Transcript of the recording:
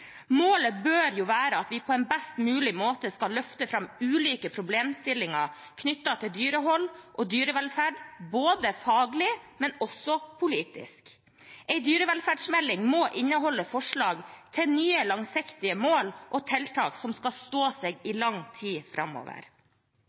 Målet bør jo være at vi på en best mulig måte skal løfte fram ulike problemstillinger knyttet til dyrehold og dyrevelferd, både faglig og politisk. En dyrevelferdsmelding må inneholde forslag til nye, langsiktige mål og tiltak som skal stå seg i lang tid framover. Jeg er overrasket over å se innstillingen i